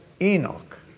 Enoch